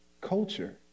culture